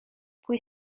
pwy